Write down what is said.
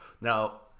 now